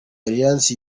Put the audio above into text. alliance